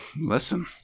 Listen